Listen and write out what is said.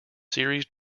series